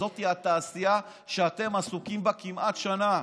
זאת התעשייה שאתם עסוקים בה כמעט שנה,